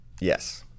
yes